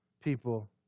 people